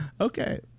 Okay